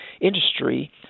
industry